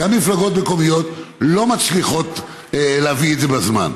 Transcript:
גם מפלגות מקומיות לא מצליחות להביא את זה בזמן.